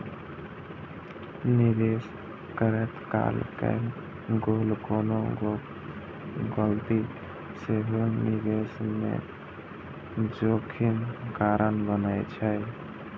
निवेश करैत काल कैल गेल कोनो गलती सेहो निवेश मे जोखिम कारण बनै छै